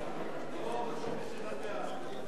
חברי חברי הכנסת,